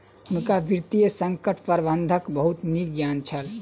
हुनका वित्तीय संकट प्रबंधनक बहुत नीक ज्ञान छल